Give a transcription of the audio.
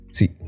See